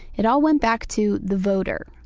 it all went back to the voder,